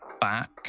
back